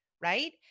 right